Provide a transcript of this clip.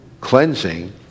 cleansing